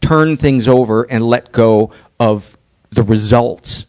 turn things over and let go of the results.